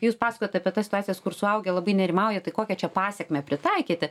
jūs pasakojot apie tas situacijas kur suaugę labai nerimauja tai kokią čia pasekmę pritaikyti